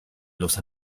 los